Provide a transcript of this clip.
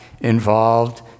involved